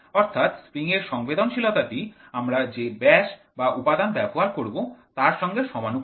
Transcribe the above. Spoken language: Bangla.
অর্থাৎ স্প্রিং এর সংবেদনশীলতাটি আমরা যে ব্যাস বা উপাদান ব্যবহার করব তার সঙ্গে সমানুপাতিক